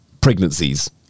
pregnancies